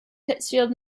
pittsfield